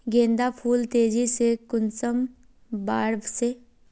गेंदा फुल तेजी से कुंसम बार से?